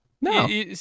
no